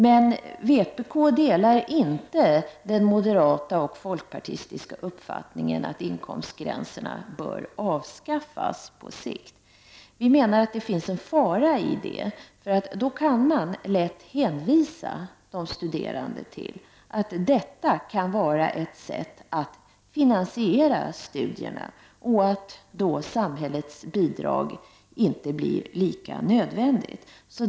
Men vpk delar inte den moderata och folkpartistiska uppfattningen att inkomstgränserna bör avskaffas på sikt. Vi menar att det finns en fara i det, för då kan man lätt hänvisa de studerande till att detta kan vara ett sätt att finansiera studierna och att då samhällets bidrag inte blir lika nödvändigt.